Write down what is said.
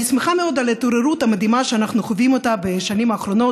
אני שמחה מאוד על ההתעוררות המדהימה שאנחנו חווים בשנים האחרונות,